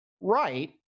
right